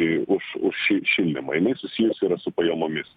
už už ši šildymą jinai susijusi yra su pajamomis